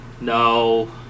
No